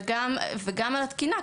וגם על התקינה,